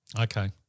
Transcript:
Okay